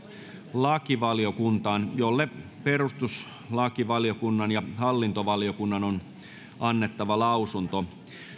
lakivaliokuntaan jolle perustuslakivaliokunnan ja hallintovaliokunnan on annettava lausunto